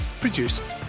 produced